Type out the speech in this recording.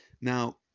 Now